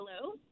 Hello